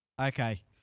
Okay